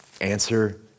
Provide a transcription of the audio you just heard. answer